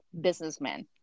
businessman